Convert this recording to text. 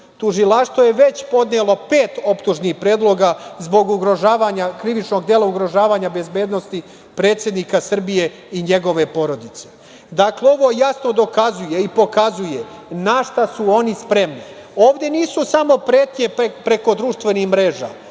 tužilaštvo je već podnelo pet optužnih predloga zbog krivičnog dela – ugrožavanja bezbednosti predsednika Srbije i njegove porodice. Ovo jasno dokazuje i pokazuje na šta su oni spremni. Ovde nisu samo pretnje preko društvenih mreža,